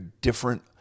different